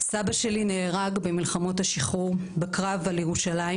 סבא שלי נהרג במלחמות השחרור בקרב על ירושלים,